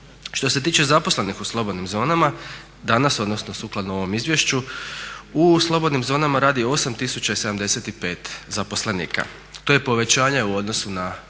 Što se tiče zaposlenih u slobodnim zonama danas odnosno sukladno ovom izvješću u slobodnim zonama radi 8075 zaposlenika. To je povećanje u odnosu na